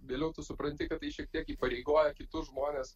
vėliau tu supranti kad tai šiek tiek įpareigoja kitus žmones